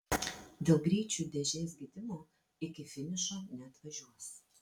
dėl greičių dėžės gedimo iki finišo neatvažiuos